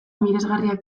miresgarriak